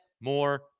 more